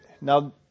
Now